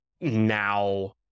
now